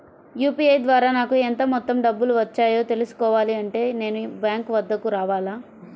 UPI ద్వారా నాకు ఎంత మొత్తం డబ్బులు వచ్చాయో తెలుసుకోవాలి అంటే నేను బ్యాంక్ వద్దకు రావాలా?